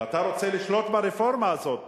ואתה רוצה לשלוט ברפורמה הזאת,